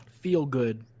feel-good